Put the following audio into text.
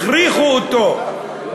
הכריחו אותו,